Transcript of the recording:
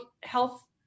health